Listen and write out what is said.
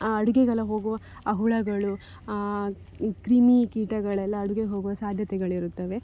ಆ ಅಡುಗೆಗೆಲ್ಲ ಹೋಗುವ ಆ ಹುಳಗಳು ಕ್ರಿಮಿ ಕೀಟಗಳೆಲ್ಲ ಅಡುಗೆಗೆ ಹೋಗುವ ಸಾಧ್ಯತೆಗಳಿರುತ್ತವೆ